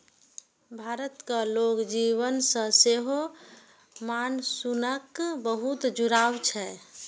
भारतक लोक जीवन सं सेहो मानसूनक बहुत जुड़ाव छै